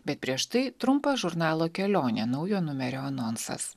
bet prieš tai trumpas žurnalo kelionė naujo numerio anonsas